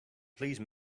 please